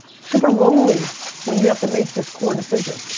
super lonely when you have to make this core decision.